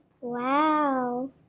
Wow